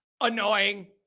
annoying